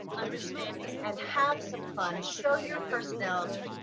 understanding, and have some fun, show your personality.